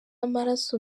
amaraso